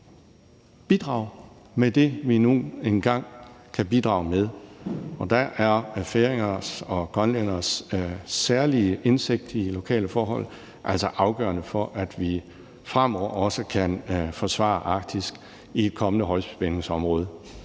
bidrage med det, vi nu engang kan bidrage med, og der er færinger og grønlænderes særlige indsigt i lokale forhold altså afgørende for, at vi fremover også kan forsvare Arktis som det højspændingsområde,